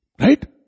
right